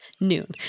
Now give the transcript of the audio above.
Noon